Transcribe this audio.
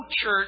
church